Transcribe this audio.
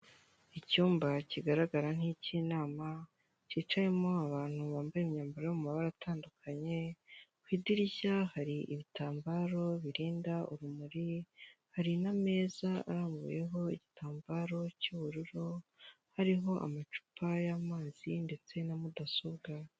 Icyumba kigaragara nk'ik'inama kicayemo abantu bambaye imyambaro yo mu mabara atandukanye, ku idirishya hari ibitambaro birinda urumuri, hari n'amezaza arambuyeho igitambaro cy'ubururu hariho amacupa y'amazi ndetse na mudasobwa.